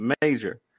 Major